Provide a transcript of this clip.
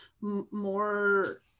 more